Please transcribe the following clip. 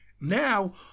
now